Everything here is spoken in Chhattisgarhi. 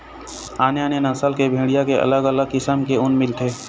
आने आने नसल के भेड़िया के अलग अलग किसम के ऊन मिलथे